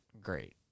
great